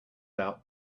out